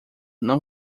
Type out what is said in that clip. não